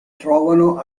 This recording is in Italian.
trovano